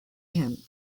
him